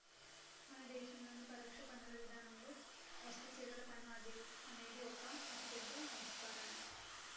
మన దేశంలోని పరోక్ష పన్నుల విధానంలో వస్తుసేవల పన్ను అనేది ఒక అతిపెద్ద సంస్కరనే